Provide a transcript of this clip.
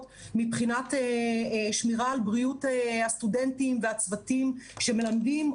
מבחינת שמירה על בריאות הסטודנטים והצוותים שמלמדים.